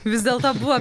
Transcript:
vis dėlto buvo